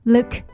Look